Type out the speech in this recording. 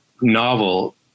novel